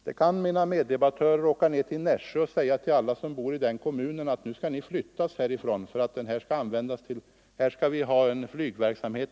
Då kan ju mina meddebattörer åka ner till exempelvis Nässjö och säga till alla som bor i den kommunen att nu skall hela Nässjö kommun flyttas härifrån, för här skall vi ha flygverksamhet.